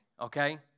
okay